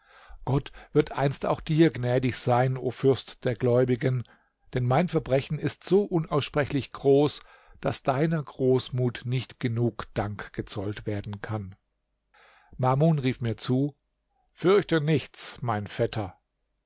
gott wird einst auch dir gnädig sein o fürst der gläubigen denn mein verbrechen ist so unaussprechlich groß daß deiner großmut nicht genug dank gezollt werden kann mamun rief mir zu fürchte nichts mein vetter